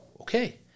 Okay